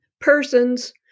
persons